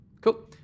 Cool